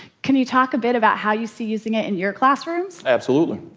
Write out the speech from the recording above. can you talk a bit about how you see using it in your classrooms? absolutely.